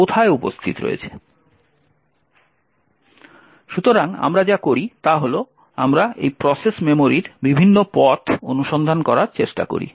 সুতরাং আমরা যা করি তা হল আমরা এই প্রসেস মেমোরির বিভিন্ন পথ অনুসন্ধান করার চেষ্টা করি